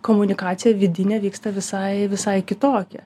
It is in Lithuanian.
komunikacija vidinė vyksta visai visai kitokia